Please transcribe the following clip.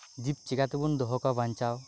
ᱡᱤᱵ ᱪᱮᱠᱟᱛᱮᱵᱚᱱ ᱫᱚᱦᱚ ᱠᱚᱣᱟ ᱵᱟᱧᱪᱟᱣ